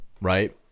Right